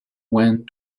went